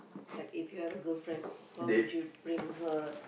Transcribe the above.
like if you had a girlfriend what would you bring her